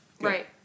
Right